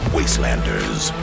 Wastelanders